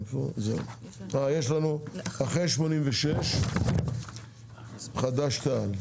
יש לנו אחרי 86 חד"ש תע"ל.